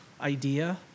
idea